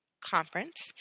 conference